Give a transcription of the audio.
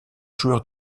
joueur